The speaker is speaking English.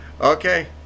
okay